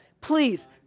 please